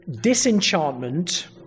disenchantment